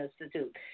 Institute